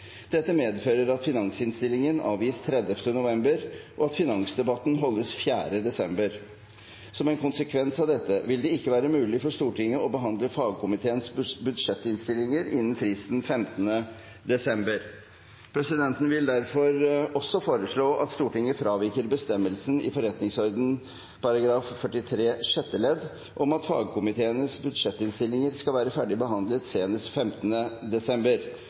Dette medfører at finansinnstillingen avgis 30. november, og at finansdebatten holdes 4. desember. Som en konsekvens av dette vil det ikke være mulig for Stortinget å behandle fagkomiteenes budsjettinnstillinger innen fristen den 15. desember. Presidenten vil derfor også foreslå at Stortinget fraviker bestemmelsen i forretningsordenens § 43 sjette ledd om at fagkomiteenes budsjettinnstillinger skal være ferdig behandlet senest 15. desember.